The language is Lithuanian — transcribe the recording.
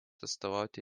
atstovauti